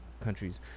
countries